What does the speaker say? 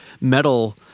metal